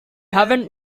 haven’t